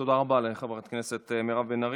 תודה רבה לחברת הכנסת מירב בן ארי.